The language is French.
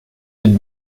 êtes